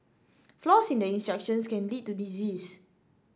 flaws in the instructions can lead to disease